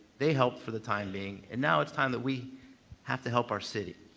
they helped for the time being, and now it's time that we have to help our city,